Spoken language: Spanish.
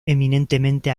eminentemente